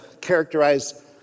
characterize